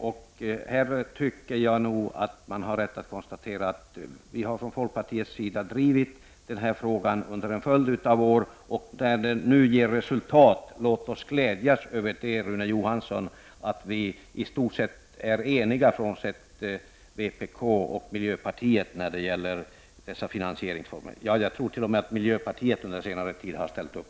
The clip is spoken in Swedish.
Man kan med rätta konstatera att vi från folkpartiet drivit denna fråga under en följd av år, och när den nu ger resultat kan vi glädjas över, Rune Johansson, att vi i stort sett är eniga, frånsett vänsterpartiet och miljöpartiet, om finansieringsformerna. Jag tror att t.o.m. miljöpartiet nu har ställt upp.